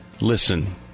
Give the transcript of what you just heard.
listen